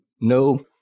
no